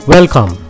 Welcome